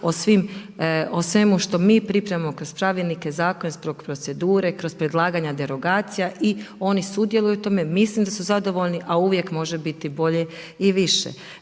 o svemu što mi pripremamo kroz pravilnike, zakone, procedure, kroz predlaganja derogacija i oni sudjeluju u tome, mislim da su zadovoljni, a uvijek može biti bolje i više.